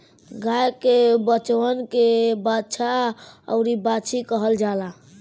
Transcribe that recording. गाय के बचवन के बाछा अउरी बाछी कहल जाला